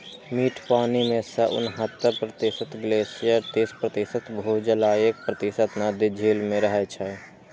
मीठ पानि मे सं उन्हतर प्रतिशत ग्लेशियर, तीस प्रतिशत भूजल आ एक प्रतिशत नदी, झील मे रहै छै